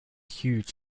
huge